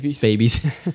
babies